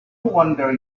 wonder